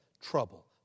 trouble